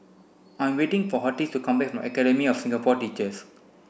I'm waiting for Hortense to come back from Academy of Singapore Teachers